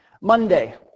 Monday